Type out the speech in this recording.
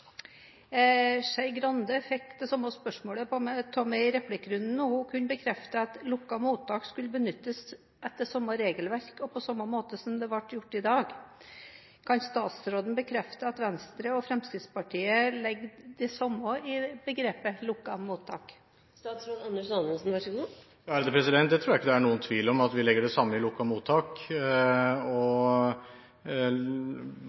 Skei Grande fikk det samme spørsmålet av meg i replikkrunden, og hun kunne bekrefte at lukkede mottak skulle benyttes etter samme regelverk og på samme måte som det blir gjort i dag. Kan statsråden bekrefte at Venstre og Fremskrittspartiet legger det samme i begrepet «lukkede mottak»? Jeg tror ikke det er noen tvil om at vi legger det samme i «lukkede mottak», og